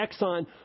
Exxon